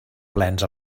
plens